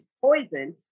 poison